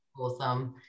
awesome